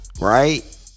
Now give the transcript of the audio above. right